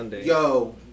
yo